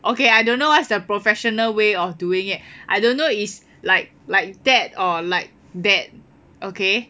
okay I don't know what's the professional way of doing it I don't know is like like that or like that okay